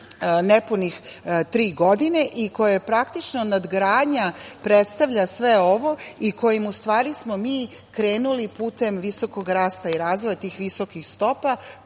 nepunih tri godine i koja je praktično nadgradnja predstavlja sve ovo i kojim smo mi u stvari krenuli putem visokog rasta i razvoja tih visokih stopa.